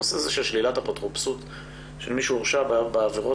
הנושא הזה של שלילת אפוטרופסות של מי שהורשע בעבירות